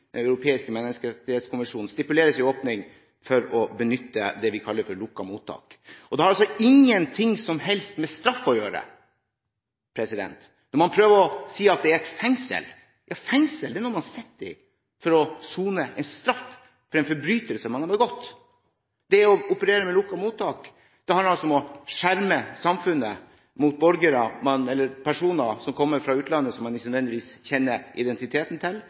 Den europeiske menneskerettskonvensjonen. Det er ikke riktig. Det stipuleres helt klart en åpning i Den europeiske menneskerettskonvensjonen for å benytte det vi kaller lukkede mottak. Og det har altså ingenting med straff å gjøre, når man prøver å si at det er et fengsel. Fengsel er noe man sitter i for å sone en straff for en forbrytelse man har begått. Det å operere med lukkede mottak handler om å skjerme samfunnet mot personer som kommer fra utlandet, som man ikke nødvendigvis kjenner identiteten til,